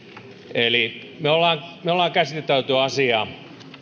me olemme käsitelleet asiaa